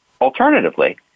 Alternatively